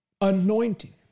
anointing